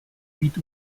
být